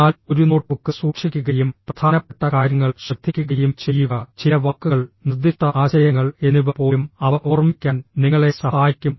എന്നാൽ ഒരു നോട്ട്ബുക്ക് സൂക്ഷിക്കുകയും പ്രധാനപ്പെട്ട കാര്യങ്ങൾ ശ്രദ്ധിക്കുകയും ചെയ്യുക ചില വാക്കുകൾ നിർദ്ദിഷ്ട ആശയങ്ങൾ എന്നിവ പോലും അവ ഓർമ്മിക്കാൻ നിങ്ങളെ സഹായിക്കും